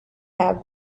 have